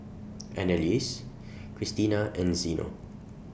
Anneliese Krystina and Zeno